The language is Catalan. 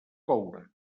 coure